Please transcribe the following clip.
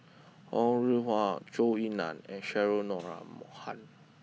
Ho Rih Hwa Zhou Ying Nan and Cheryl Noronha